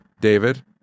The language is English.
David